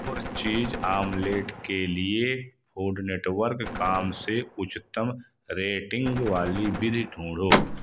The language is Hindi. फोर चीज़ ऑमलेट के लिए फ़ूड नेटवर्क कॉम से उच्चतम रेटिंग वाली विधि ढूंढो